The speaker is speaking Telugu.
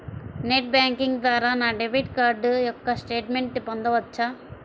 నెట్ బ్యాంకింగ్ ద్వారా నా డెబిట్ కార్డ్ యొక్క స్టేట్మెంట్ పొందవచ్చా?